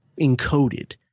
encoded